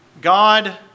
God